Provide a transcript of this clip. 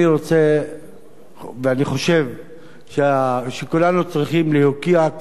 אני חושב שכולנו צריכים להוקיע,